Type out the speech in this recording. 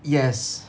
yes